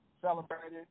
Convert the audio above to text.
celebrated